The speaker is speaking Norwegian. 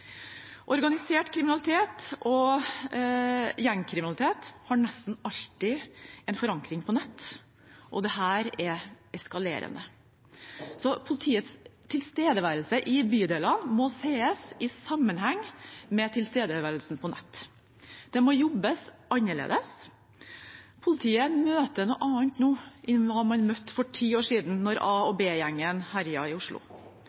gjengkriminalitet har nesten alltid en forankring på nett, og dette er eskalerende. Så politiets tilstedeværelse i bydelene må sees i sammenheng med tilstedeværelsen på nett. Det må jobbes annerledes. Politiet møter noe annet nå enn hva man møtte for ti år siden, da A- og B-gjengen herjet i Oslo.